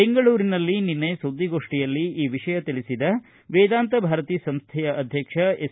ಬೆಂಗಳೂರಿನಲ್ಲಿ ನಿನ್ನೆ ಸುದ್ದಿಗೋಷ್ಠಿಯಲ್ಲಿ ಈ ವಿಷಯ ತಿಳಿಸಿದ ವೇದಾಂತ ಭಾರತಿ ಸಂಸ್ಥೆಯ ಅಧ್ಯಕ್ಷ ಎಸ್